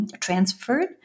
Transferred